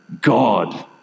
God